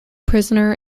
prisoner